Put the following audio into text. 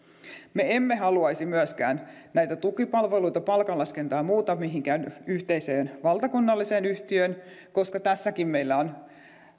me emme haluaisi myöskään näitä tukipalveluita palkanlaskentaa ja muuta mihinkään yhteiseen valtakunnalliseen yhtiöön koska tässäkin meillä on